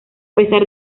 pesar